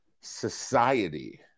society